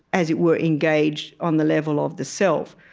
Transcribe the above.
as it were, engaged on the level of the self,